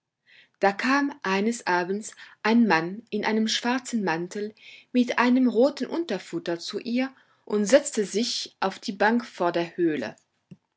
eines abends ein mann in einem schwarzen mantel mit einem roten unterfutter zu ihr und setzte sich auf die bank vor der höhle